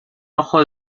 ojo